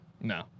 No